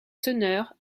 teneur